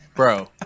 Bro